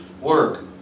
work